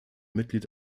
mitglied